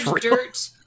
dirt